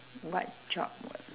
what job would